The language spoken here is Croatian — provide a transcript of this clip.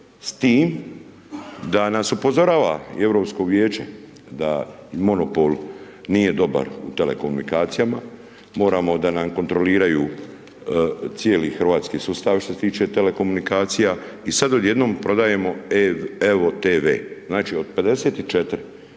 s tim da nas upozorava Europsko vijeće da monopol nije dobar u telekomunikacijama, moramo da nam kontroliraju cijeli hrvatski sustav što se tiče telekomunikacija i sad odjednom prodajemo evo-tv. Znači, od 54